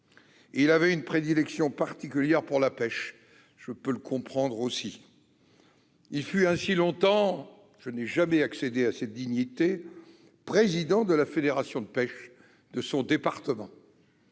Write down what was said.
Il avait une prédilection particulière pour la pêche- je puis le comprendre ... Il fut ainsi longtemps- je n'ai jamais accédé à cette dignité ! -président de la Fédération de pêche de son département.